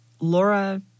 Laura